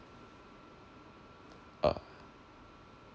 uh